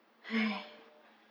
ya lor ya lor